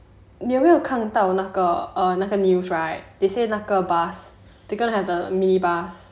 你有没有看到那个 err 那个 news right they say 那个 bus they gonna have a mini bus